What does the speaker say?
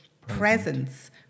presence